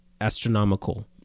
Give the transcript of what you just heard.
astronomical